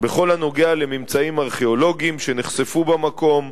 בכל הנוגע לממצאים ארכיאולוגיים שנחשפו במקום,